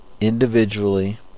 individually